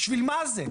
בשביל מה זה?